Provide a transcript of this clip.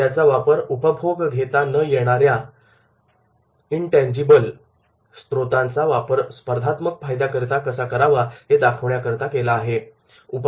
याचा वापर उपभोग घेता न येणाऱ्या स्त्रोतांचा वापर स्पर्धात्मक फायदा करिता कसा करावा हे दाखवण्याकरता केला जातो